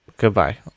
Goodbye